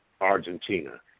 Argentina